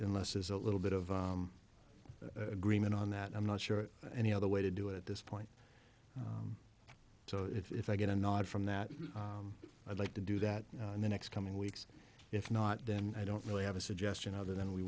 unless it is a little bit of agreement on that i'm not sure any other way to do it at this point so if i get a nod from that i'd like to do that in the next coming weeks if not then i don't really have a suggestion other than we